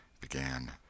began